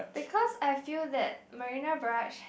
because I feel that Marina Barrage